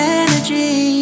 energy